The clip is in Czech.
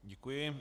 Děkuji.